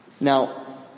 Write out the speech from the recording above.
Now